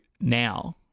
now